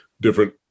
different